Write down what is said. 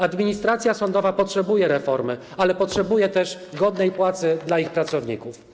Administracja sądowa potrzebuje reformy, ale potrzebuje też godnej płacy dla swoich pracowników.